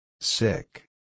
Sick